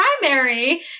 primary